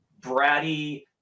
bratty